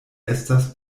estas